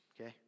Okay